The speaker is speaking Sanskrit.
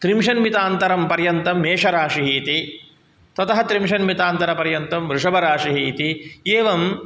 त्रिंशन्मितान्तरं पर्यन्तं मेषराशिः इति ततः त्रिंशन्मितान्तरपर्यन्तं वृषभराशिः इति एवं